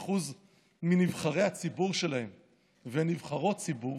מ-50% מנבחרי הציבור שלהם הם נבחרות ציבור,